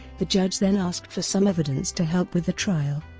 the judge then asked for some evidence to help with the trial.